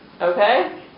okay